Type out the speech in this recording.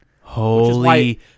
Holy